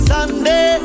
Sunday